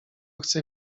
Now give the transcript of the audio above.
chcę